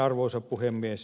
arvoisa puhemies